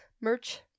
merch